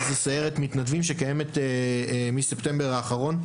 זו סיירת מתנדבים שקיימת מספטמבר האחרון.